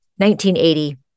1980